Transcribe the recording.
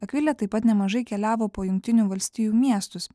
akvilė taip pat nemažai keliavo po jungtinių valstijų miestus